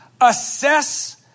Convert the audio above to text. assess